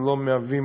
ולא מהווים